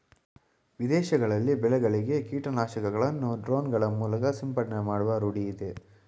ವಿದೇಶಗಳಲ್ಲಿ ಬೆಳೆಗಳಿಗೆ ಕೀಟನಾಶಕಗಳನ್ನು ಡ್ರೋನ್ ಗಳ ಮೂಲಕ ಸಿಂಪಡಣೆ ಮಾಡುವ ರೂಢಿಯಿದೆ